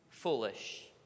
foolish